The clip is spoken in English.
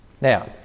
Now